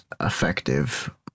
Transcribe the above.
effective